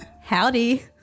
Howdy